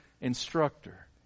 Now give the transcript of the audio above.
instructor